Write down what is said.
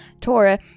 Torah